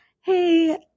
hey